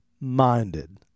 minded